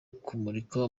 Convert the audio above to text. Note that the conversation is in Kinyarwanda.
kumurika